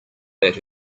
that